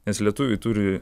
nes lietuviai turi